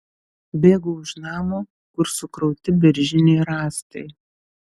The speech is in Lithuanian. bėgu už namo kur sukrauti beržiniai rąstai